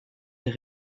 des